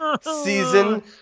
Season